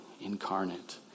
incarnate